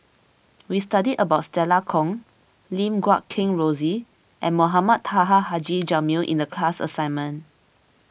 we studied about Stella Kon Lim Guat Kheng Rosie and Mohamed Taha Haji Jamil in the class assignment